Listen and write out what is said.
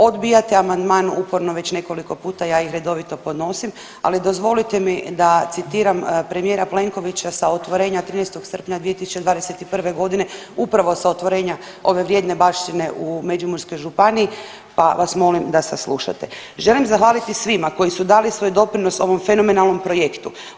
Odbijate amandman uporno već nekoliko puta, ja ih redovito podnosim, ali dozvolite mi da citiram premijera Plenkovića sa otvorenja 13. srpnja 2021. g. upravo sa otvorenja ove vrijedne baštine u Međimurskoj županiji, pa vas molim da saslušate, želim zahvaliti svima koji su dali svoj doprinos ovom fenomenalnom projektu.